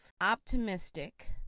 optimistic